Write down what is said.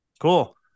Cool